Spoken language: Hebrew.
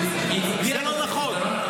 זה לא נכון.